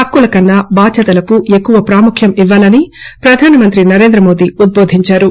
హక్కుల కన్నా బాధ్యతలకు ఎక్కువ ప్రాముఖ్యం ఇవ్వాలని ప్రధానమంత్రి నరేంద్రమోది ఉద్బోధించారు